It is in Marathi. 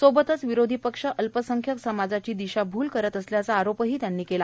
सोबतच विरोधी पक्ष अल्पसंख्यक समाजाची दिशाभूल करत असल्याचा आरोपही त्यांनी केला